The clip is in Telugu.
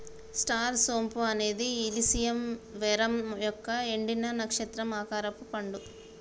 స్టార్ సోంపు అనేది ఇలిసియం వెరమ్ యొక్క ఎండిన, నక్షత్రం ఆకారపు పండు